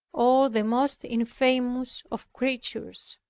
or the most infamous of creatures.